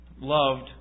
loved